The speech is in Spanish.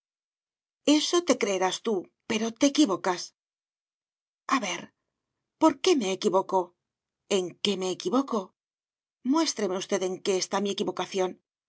eso te creerás tú pero te equivocas a ver por qué me equivoco en qué me equivoco muéstreme usted en qué está mi equivocación